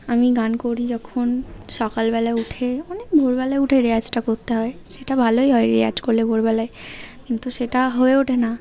আমি গান করি যখন সকালবেলা উঠে অনেক ভোরবেলায় উঠে রেয়াজটা করতে হয় সেটা ভালোই হয় রেয়াজ করলে ভোরবেলায় কিন্তু সেটা হয়ে ওঠে না